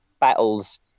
battles